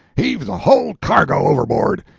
heave the whole cargo overboard!